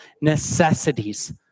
necessities